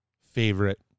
favorite